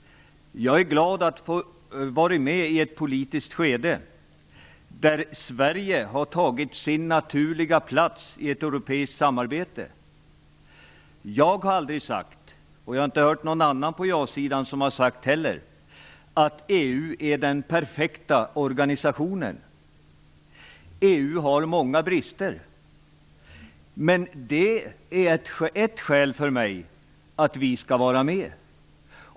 Jag är glad att jag har fått vara med i ett politiskt skede där Sverige har tagit sin naturliga plats i ett europeiskt samarbete. Jag har aldrig sagt att EU är den perfekta organisationen. Inte heller har jag hört någon annan på jasidan säga det. EU har många brister. Men för mig är det ett skäl till att Sverige skall vara med.